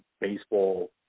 baseball